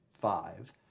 five